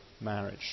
marriage